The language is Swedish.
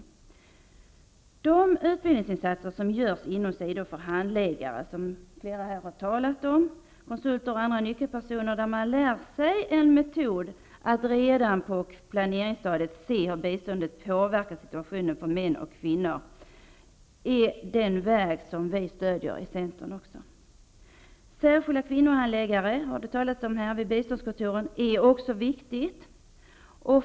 Flera deltagare i debatten har redan talat om de utbildningsinsatser som görs inom SIDA för handläggare -- konsulter och andra nyckelpersoner -- och där man lär sig en metod att redan på planeringsstadiet se hur biståndet påverkar situationen för män och för kvinnor. Detta är den väg som också vi i centern stödjer. Det har här talats om att det också är viktigt med särskilda kvinnohandläggare vid biståndskontoren.